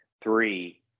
three